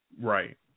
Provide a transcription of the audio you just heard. Right